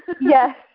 Yes